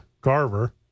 Garver